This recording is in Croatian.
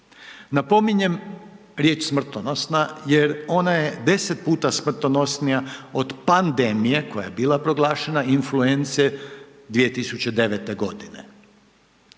Napominjem, riječ smrtonosna jer ona je 10 puta smrtonosnija od pandemija koja je bila proglašena influence 2009. g.